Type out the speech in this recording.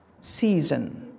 season